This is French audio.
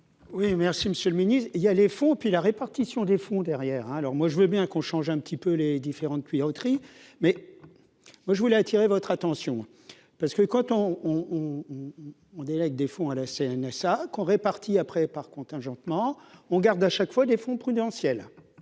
Oui, merci Monsieur le Ministre, il y a les fonds puis la répartition des fonds : derrière hein alors moi je veux bien qu'on change un petit peu les différentes tuyauteries, mais moi je voulais attirer votre attention parce que quand on on on délègue des fonds à la CNSA qu'répartis après par contingentement on garde à chaque fois des fonds prudentielles